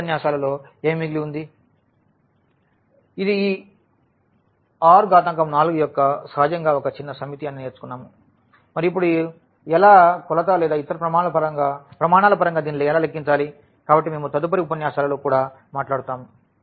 కింది ఉపన్యాసాలలో ఏమి మిగిలి ఉంది ఇది ఈ R4యొక్క సహజంగా ఒక చిన్న సమితి అని నేర్చుకున్నాము మరియు ఇప్పుడు ఎలా కొలత లేదా ఇతర ప్రమాణాల పరంగా దీన్ని ఎలా లెక్కించాలి కాబట్టి మేము తదుపరి ఉపన్యాసాలలో కూడా మాట్లాడుతాము